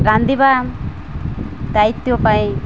ରାନ୍ଧିବା ଦାୟିତ୍ୱ ପାଇଁ